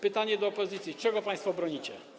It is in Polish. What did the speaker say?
Pytanie do opozycji: Czego państwo bronicie?